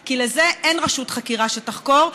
כי לזה אין רשות חקירה שתחקור,